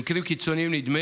במקרים קיצוניים נדמה